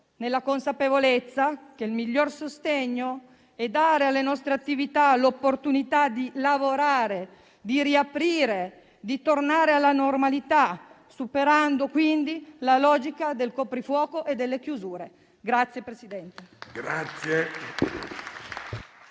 nella consapevolezza che il miglior sostegno è dare alle nostre attività l'opportunità di lavorare, di riaprire, di tornare alla normalità, superando quindi la logica del coprifuoco e delle chiusure.